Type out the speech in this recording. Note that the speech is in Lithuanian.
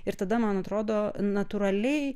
ir tada man atrodo natūraliai